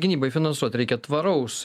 gynybai finansuot reikia tvaraus